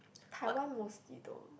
Taiwan mostly though